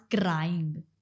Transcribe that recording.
crying